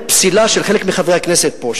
הפסילה של חלק מחברי הכנסת פה,